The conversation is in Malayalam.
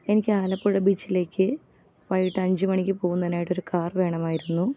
എനിക്ക് ആലപ്പുഴ ബീച്ചിലേക്ക് വൈകീട്ട് അഞ്ച് മണിക്ക് പോകുന്നതിനായിട്ട് ഒരു കാർ വേണമായിരുന്നു